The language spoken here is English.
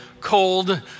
cold